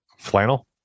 Flannel